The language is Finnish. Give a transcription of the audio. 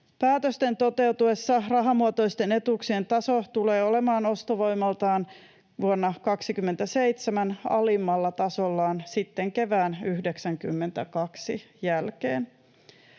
Päätösten toteutuessa rahamuotoisten etuuksien taso tulee olemaan ostovoimaltaan vuonna 27 alimmalla tasollaan sitten kevään 92 jälkeen.